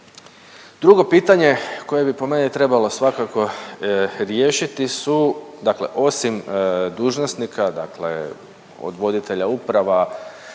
Drugo pitanje koje bi po meni trebalo svakako riješiti su dakle osim dužnosnika dakle od voditelja uprava,